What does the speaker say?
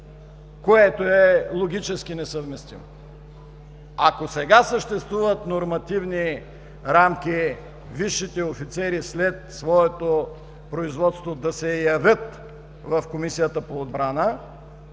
което е логически несъвместимо. Ако сега съществуват нормативни рамки висшите офицери след своето производство да се явят в Комисията по отбрана